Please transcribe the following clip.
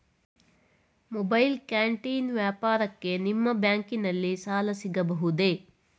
Mobile canteen ವ್ಯಾಪಾರಕ್ಕೆ ನಿಮ್ಮ ಬ್ಯಾಂಕಿನಲ್ಲಿ ಸಾಲ ಸಿಗಬಹುದೇ?